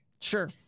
Sure